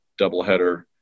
doubleheader